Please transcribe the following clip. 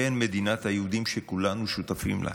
כן, מדינת היהודים, שכולנו שותפים לה.